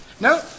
No